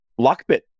Lockbit